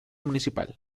municipal